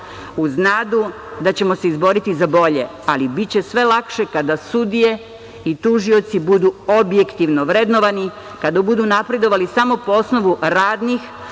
uz nadu da ćemo se izboriti za bolje, ali biće sve lakše kada sudije i tužioci budu objektivno vrednovani, kada budu napredovali samo po osnovu radnih,